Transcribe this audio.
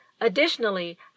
Additionally